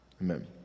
Amen